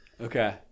Okay